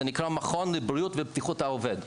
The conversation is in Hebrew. זה נקרא מכון לבריאות ובטיחות העובד,